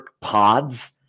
pods